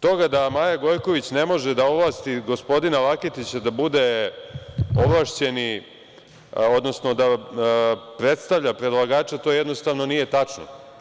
toga da Maja Gojković ne može da ovlasti gospodina Laketića da bude ovlašćeni, odnosno da predstavlja predlagača to jednostavno nije tačno.